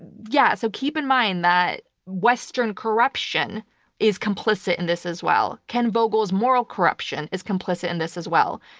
yeah. so keep in mind that western corruption is complicit in this as well. ken vogel's moral corruption is complicit in this as well.